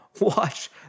watch